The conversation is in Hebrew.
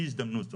אי הזדמנות,